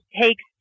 takes